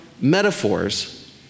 metaphors